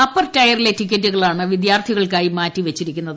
upper ടിയറിലെ ടിക്കറ്റുകളാണ് വിദ്യാർത്ഥികൾക്കായി മാറ്റിവച്ചിരിക്കുന്നത്